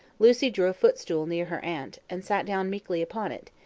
lucy drew a footstool near her aunt, and sat down meekly upon it,